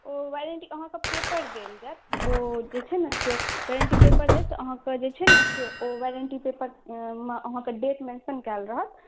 ओ वक्त अहाँके पेपर देल जायत ओ जे छै ने वारण्टी पेपर देत अहाँके जे छै ने से वारण्टी पेपर अहाँके डेट मेन्शन कयल रहत